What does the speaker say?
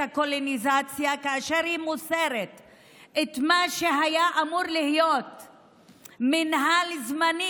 הקולוניזציה כאשר היא מוסרת את מה שהיה אמור להיות מינהל זמני,